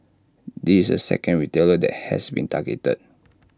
this is the second retailer has been targeted